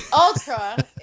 Ultra